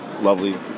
lovely